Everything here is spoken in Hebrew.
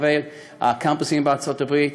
ברחבי הקמפוסים בארצות-הברית.